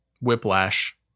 Whiplash